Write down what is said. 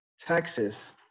texas